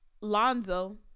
Lonzo